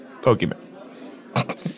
Pokemon